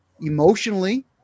emotionally